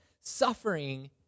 suffering